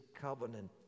covenant